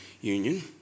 Union